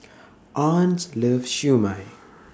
Arne's loves Siew Mai